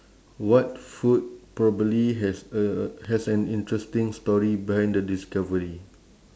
what food probably has a has an interesting story behind the discovery